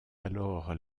alors